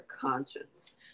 conscience